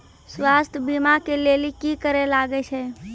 स्वास्थ्य बीमा के लेली की करे लागे छै?